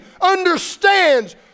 understands